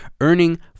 earning